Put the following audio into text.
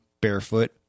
barefoot